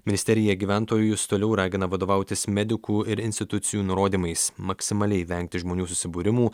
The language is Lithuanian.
ministerija gyventojus toliau ragina vadovautis medikų ir institucijų nurodymais maksimaliai vengti žmonių susibūrimų